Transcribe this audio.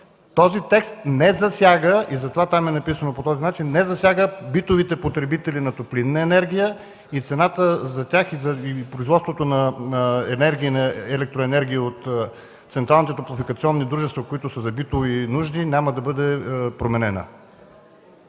Този текст не засяга, и затова там е записан по този начин, битовите потребители на топлинна енергия и цената за тях и за производство на електроенергия от централните топлофикационни дружества, които са за битови нужди, няма да бъде променена.